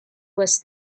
was